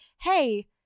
Hey